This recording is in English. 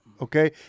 Okay